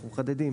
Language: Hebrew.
אנחנו מחדדים,